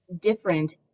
different